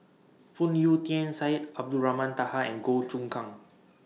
Phoon Yew Tien Syed Abdulrahman Taha and Goh Choon Kang